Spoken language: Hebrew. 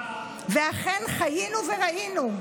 אכן חיינו וראינו,